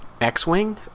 X-Wing